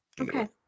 Okay